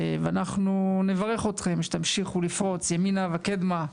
ואנחנו נברך אתכם שתמשיכו לפרוץ ימינה וקדמה,